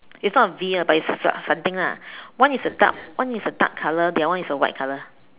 it's not a V lah but is some something lah one is a dark one is a dark colour the other one is a white colour